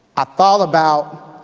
ah thought about